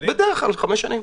בדרך כלל חמש שנים.